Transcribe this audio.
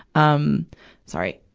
um sorry.